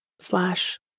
Slash